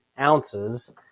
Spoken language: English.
ounces